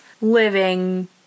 living